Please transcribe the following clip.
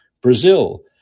Brazil